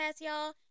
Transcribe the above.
y'all